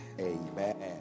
Amen